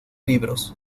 libros